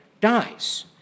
dies